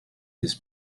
this